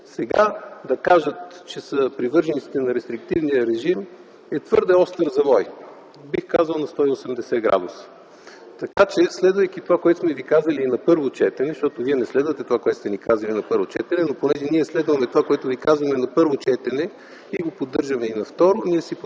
сега да кажат, че са привърженици на рестриктивния режим, е твърде остър завой, бих казал, на 180 градуса. Следвайки това, което сме ви казали на първо четене, защото вие не следвате това, което сте ни казали на първо четене, но понеже ние следваме това, което ви казахме на първо четене и го поддържаме и на второ, поддържаме